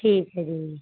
ਠੀਕ ਹੈ ਜੀ